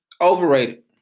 Overrated